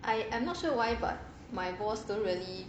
I am not sure why but my boss don't really